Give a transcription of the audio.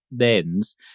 thens